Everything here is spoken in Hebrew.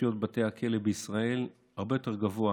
נפשיות בבתי הכלא בישראל הרבה יותר גבוה